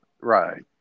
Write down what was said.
Right